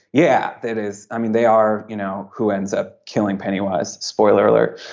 yeah. that is i mean they are you know who ends up killing pennywise. spoiler alert